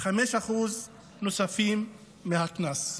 5% נוספים מהקנס.